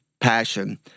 Passion